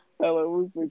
Hello